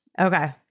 okay